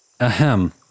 Ahem